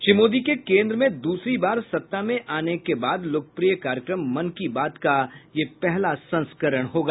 श्री मोदी के केन्द्र में दूसरी बार सत्ता में आने के बाद लोकप्रिय कार्यक्रम मन की बात का यह पहला संस्करण होगा